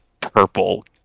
purple